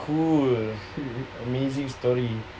!woo! amazing story